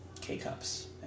K-cups